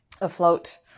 afloat